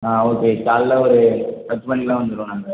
ஆ okay காலையில் ஒரு பத்து மணிக்கெலாம் வந்துடுவோம் நாங்கள்